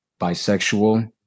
bisexual